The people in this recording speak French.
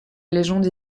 légende